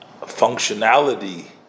functionality